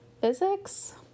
physics